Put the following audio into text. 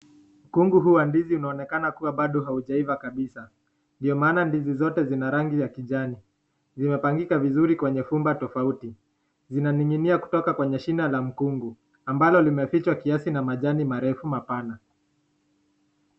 Kungu huu wa ndizi inaonekana bado haujaiva kabisa, ndio maana ndizi zote zina rangi ya kijani, zimepangika vizuri kwenye fumba tofauti zinaning'inia kutoka kwenye shina la mkungu, ambalo limefichwa kiasi na majani marefu mapana.